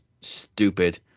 stupid